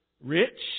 rich